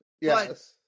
Yes